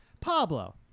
Pablo